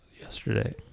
yesterday